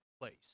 place